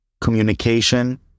communication